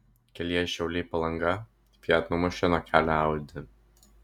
kelyje šiauliai palanga fiat numušė nuo kelio audi